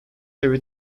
heavy